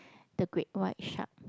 the great white shark